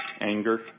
anger